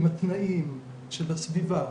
עם התנאים של הסביבה,